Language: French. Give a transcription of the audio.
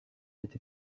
cette